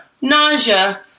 nausea